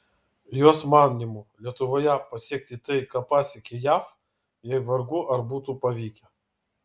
jos manymu lietuvoje pasiekti tai ką pasiekė jav jai vargu ar būtų pavykę